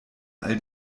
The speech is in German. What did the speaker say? all